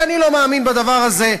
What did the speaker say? כי אני לא מאמין בדבר הזה.